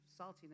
saltiness